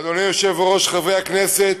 אדוני היושב-ראש, חברי הכנסת,